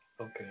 Okay